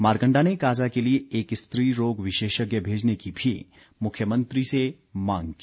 मारकण्डा ने काजा के लिए एक स्त्री रोग विशेषज्ञ भेजने की भी मुख्यमंत्री से मांग की